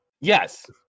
Yes